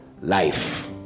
life